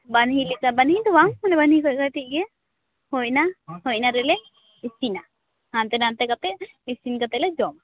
ᱵᱟᱱᱦᱤᱞᱮᱠᱟ ᱵᱟᱱᱦᱤ ᱫᱚ ᱵᱟᱝ ᱢᱟᱱᱮ ᱵᱟᱱᱦᱤ ᱠᱷᱚᱱ ᱠᱟᱴᱤᱡ ᱜᱮ ᱦᱳᱭ ᱚᱱᱟ ᱦᱚᱸ ᱤᱱᱟᱹᱨᱮᱞᱮ ᱤᱥᱤᱱᱟ ᱦᱟᱱᱛᱮ ᱱᱟᱱᱛᱮ ᱠᱟᱛᱮ ᱤᱥᱤᱱ ᱠᱟᱛᱮᱞᱮ ᱡᱚᱢᱟ